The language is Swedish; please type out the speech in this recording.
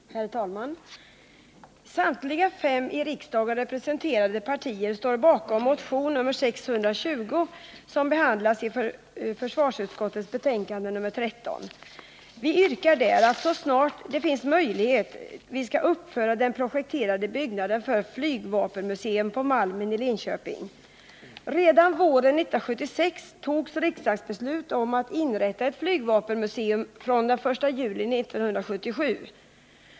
Herr talman! Samtliga fem i riksdagen representerade partier står bakom motion 620, som behandlats i försvarsutskottets betänkande nr 13. Vi yrkar att, så snart det finns möjlighet, den projekterade byggnaden för ett flygvapenmuseum på Malmen i Linköping uppförs. Redan våren 1976 togs ett riksdagsbeslut att från den 1 juli 1977 inrätta ett flygvapenmuseum.